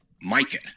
mica